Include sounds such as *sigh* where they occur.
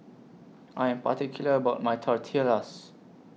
*noise* I Am particular about My Tortillas